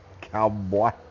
cowboy